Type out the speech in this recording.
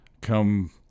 come